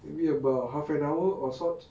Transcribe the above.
maybe about half an hour or sorts